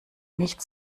nicht